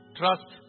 trust